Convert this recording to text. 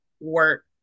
work